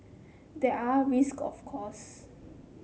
there are risk of course